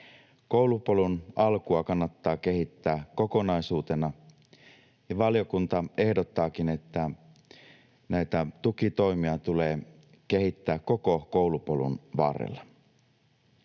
Koulupolun alkua kannattaa kehittää kokonaisuutena, ja valiokunta ehdottaakin, että näitä tukitoimia tulee kehittää koko koulupolun varrella.